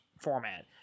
format